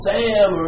Sam